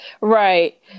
Right